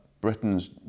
Britain's